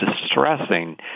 distressing